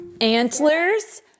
Antlers